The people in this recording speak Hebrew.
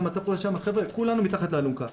חבר'ה, כולנו מתחת לאלונקה,